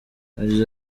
yagize